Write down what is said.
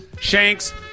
shanks